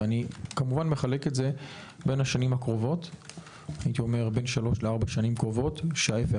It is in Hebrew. ואני כמובן מחלק את זה בין שלוש לארבע שנים קרובות שההפך,